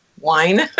wine